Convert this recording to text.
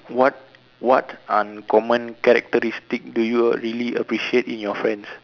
what what uncommon characteristic do you really appreciate in your friends